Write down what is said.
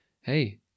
hey